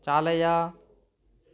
चालय